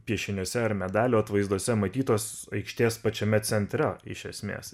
piešiniuose ar medalio atvaizduose matytos aikštės pačiame centre iš esmės